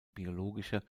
biologische